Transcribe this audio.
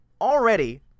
already